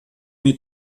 mir